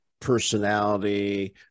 personality